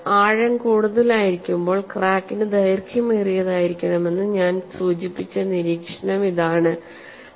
ആഴം കൂടുതലായിരിക്കുമ്പോൾഞാൻ സൂചിപ്പിച്ച നിരീക്ഷണം ഇതാണ് ക്രാക്കിന് ദൈർഘ്യമേറിയതായിരിക്കണം